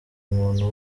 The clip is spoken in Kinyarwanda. umuntu